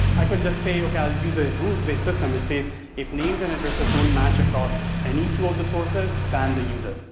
i could just say, okay i'll use a rule based system that says if names and addresses don't match across any tool or resources ban the user.